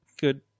good